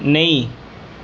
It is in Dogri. नेईं